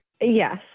Yes